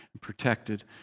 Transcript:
protected